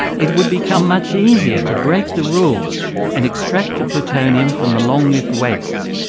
it would become much easier to break the rules and extract the plutonium from the long-lived wastes.